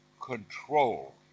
control